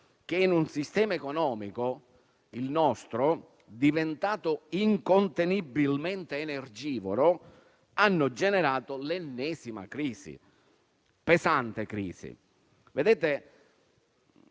che in un sistema economico come il nostro, diventato incontenibilmente energivoro, hanno generato l'ennesima pesante crisi. Onorevoli